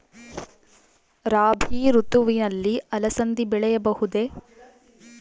ರಾಭಿ ಋತುವಿನಲ್ಲಿ ಅಲಸಂದಿ ಬೆಳೆಯಬಹುದೆ?